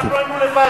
אנחנו היינו לבד,